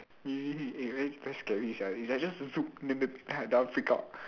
eh really eh very very scary sia is like just !zoop!then then i just freak out